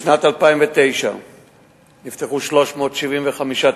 בשנת 2009 נפתחו 375 תיקים,